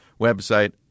website